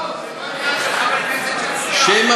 השר פרי,